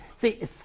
See